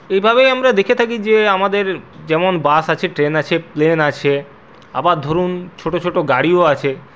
এইভাবেই আমরা দেখে থাকি যে আমাদের যেমন বাস আছে ট্রেন আছে প্লেন আছে আবার ধরুন ছোটো ছোটো গাড়িও আছে